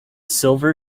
silver